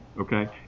Okay